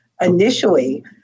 initially